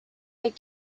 like